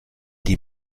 die